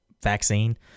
vaccine